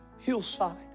hillside